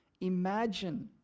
Imagine